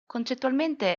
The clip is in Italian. concettualmente